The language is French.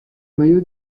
mayo